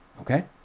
Okay